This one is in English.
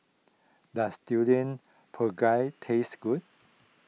does Durian Pengat taste good